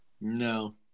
No